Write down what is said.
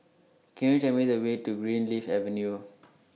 Can YOU Tell Me The Way to Greenleaf Avenue